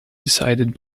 decided